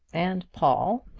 and paul,